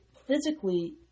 Physically